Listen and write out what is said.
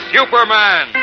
Superman